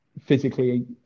physically